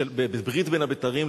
בברית בין הבתרים,